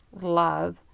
love